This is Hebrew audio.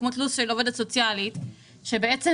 כמו תלוש של עובדת סוציאלית,